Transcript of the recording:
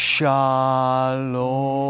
Shalom